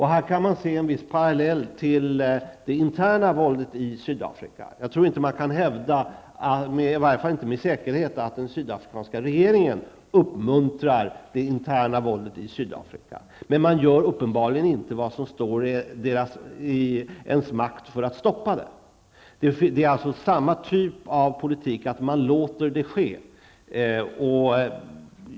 Här kan man se en viss parallell till det interna våldet i Sydafrika. Jag tror inte att man, i varje fall inte med säkerhet, kan hävda att den sydafrikanska regeringen uppmuntrar det interna våldet i Sydafrika. Men man gör uppenbarligen inte vad som står i ens makt för att stoppa det. Det är alltså samma typ av politik. Man låter det ske.